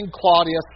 Claudius